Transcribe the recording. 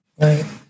Right